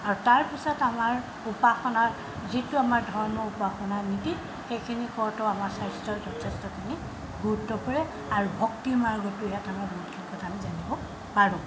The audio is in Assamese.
আৰু তাৰপিছত আমাৰ উপাসনাৰ যিটো আমাৰ ধৰ্ম উপাসনা নীতি সেইখিনি কৰোতেও আমাৰ স্বাস্থ্যত যথেষ্টখিনি গুৰুত্ব পৰে আৰু ভক্তিৰ মাৰ্গতো ইয়াত আমাৰ বহুতখিনি কথা আমি জানিব পাৰোঁ